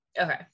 Okay